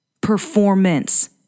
Performance